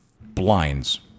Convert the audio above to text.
Blinds